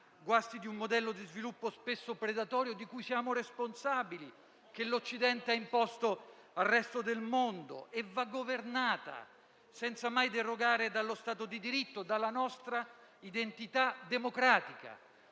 guasti di un modello di sviluppo spesso predatorio di cui siamo responsabili e che l'Occidente ha imposto al resto del mondo. E va governata senza mai derogare allo Stato di diritto, alla nostra identità democratica.